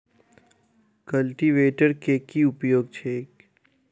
Cultivator केँ की उपयोग छैक?